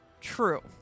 True